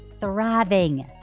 thriving